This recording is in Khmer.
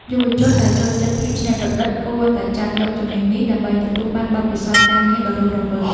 យុវជនដែលចូលចិត្តភាពច្នៃប្រឌិតគួរតែចាប់យកជំនាញនេះ ដើម្បីទទួលបានបទពិសោធន៍ការងារដ៏រស់រវើក។